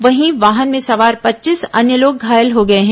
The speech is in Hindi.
वहीं वाहन में सवार पच्चीस अन्य लोग घायल हो गए हैं